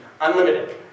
unlimited